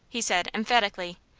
he said, emphatically.